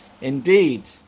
Indeed